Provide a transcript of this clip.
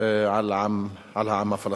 על העם הפלסטיני.